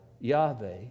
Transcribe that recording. Yahweh